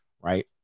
right